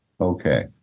okay